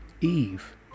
Eve